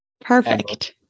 Perfect